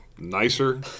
Nicer